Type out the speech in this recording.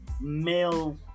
male